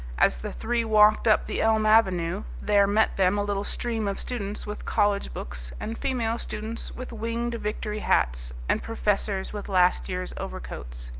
as the three walked up the elm avenue there met them a little stream of students with college books, and female students with winged-victory hats, and professors with last year's overcoats.